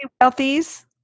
wealthies